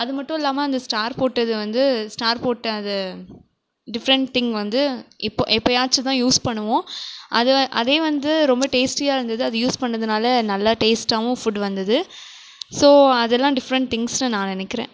அது மட்டும் இல்லாமல் அந்த ஸ்டார் போட்டது வந்து ஸ்டார் போட்ட அதை டிஃப்ரெண்ட்டிங் வந்து இப்போ எப்பேயாச்சும் தான் யூஸ் பண்ணுவோம் அதை அதே வந்து ரொம்ப டேஸ்ட்டியாக இருந்தது அதை யூஸ் பண்ணதுனால் நல்லா டேஸ்ட்டாகவும் ஃபுட் வந்தது ஸோ அதெல்லாம் டிஃப்ரெண்ட் திங்ஸ்ன்னு நான் நினைக்கிறேன்